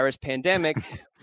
pandemic